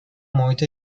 محیط